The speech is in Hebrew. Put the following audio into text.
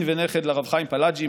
נין ונכד לרב חיים פלג'י,